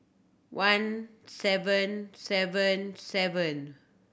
one seven seven seven